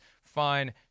fine